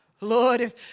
Lord